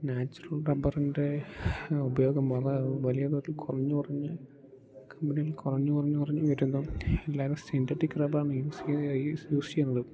natural റബ്ബറിൻ്റെ ഉപയോഗം വളരെ വലിയ തോതിൽ കുറഞ്ഞു കുറഞ്ഞു കമ്പനിയിൽ കുറഞ്ഞു കുറഞ്ഞു കുറഞ്ഞു വരുമ്പം എല്ലാവരും സിന്തെറ്റിക്ക് റബ്ബറാണ് യൂസ് യൂസ് ചെയ്യുന്നത്